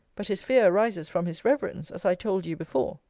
but his fear arises from his reverence, as i told you before.